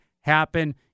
happen